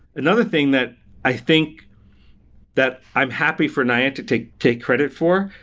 another thing that i think that i'm happy for niantic to take credit for,